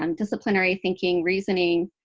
um disciplinary thinking, reasoning,